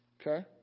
Okay